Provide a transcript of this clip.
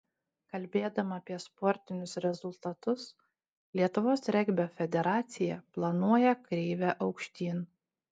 kalbėdama apie sportinius rezultatus lietuvos regbio federacija planuoja kreivę aukštyn